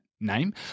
name